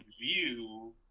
View